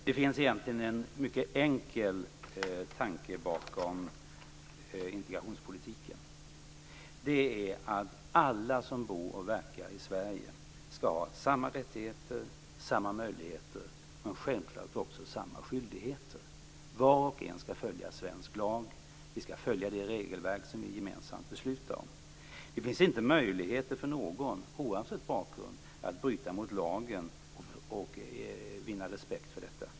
Fru talman! Det finns egentligen en mycket enkel tanke bakom integrationspolitiken, och det är att alla som bor och verkar i Sverige skall ha samma rättigheter och samma möjligheter men självklart också samma skyldigheter. Var och en skall följa svensk lag, och vi skall följa det regelverk som vi gemensamt beslutar om. Det finns inte möjligheter för någon, oavsett bakgrund, att bryta mot lagen och vinna respekt för detta.